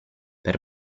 per